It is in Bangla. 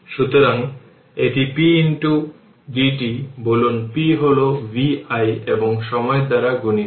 সুতরাং রেজিস্টর জুড়ে ভোল্টেজ হল vR t i R